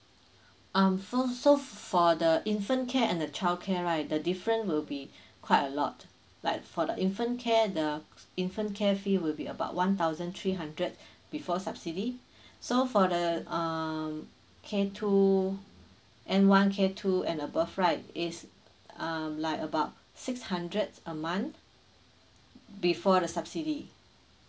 um so so for the infant care and the childcare right the different will be quite a lot like for the infant care the infant care fee will be about one thousand three hundred before subsidy so for the um k two m one k two and above right is um like about six hundred a month before the subsidy